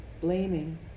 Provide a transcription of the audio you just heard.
blaming